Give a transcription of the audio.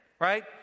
right